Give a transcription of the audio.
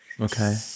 Okay